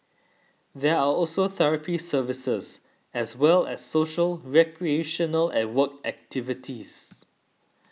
there are also therapy services as well as social recreational and work activities